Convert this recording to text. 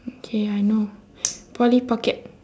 okay I know polly pocket